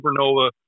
supernova